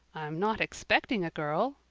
i'm not expecting a girl,